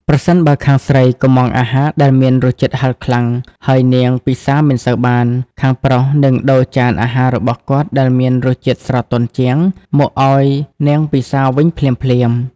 ប្រសិនបើខាងស្រីកុម្ម៉ង់អាហារដែលមានរសជាតិហឹរខ្លាំង ហើយនាងពិសារមិនសូវបាន ខាងប្រុសនឹងដូរចានអាហាររបស់គាត់ដែលមានរសជាតិស្រទន់ជាង មកឱ្យនាងពិសារវិញភ្លាមៗ។